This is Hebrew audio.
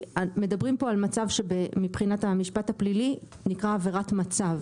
מדברים פה על מצב שמבחינת הפלילי נקרא עבירת מצב.